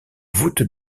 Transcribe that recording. voûtes